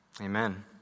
Amen